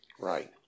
right